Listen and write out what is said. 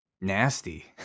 nasty